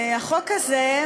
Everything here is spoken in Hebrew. החוק הזה,